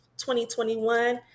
2021